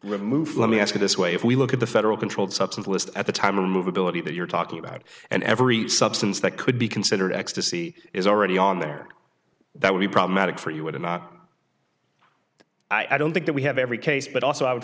removed let me ask you this way if we look at the federal controlled substance list at the time of movability that you're talking about and every substance that could be considered ecstasy is already on there that would be problematic for you would it not i don't think that we have every case but also i would